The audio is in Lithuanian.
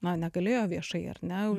na negalėjo viešai ar ne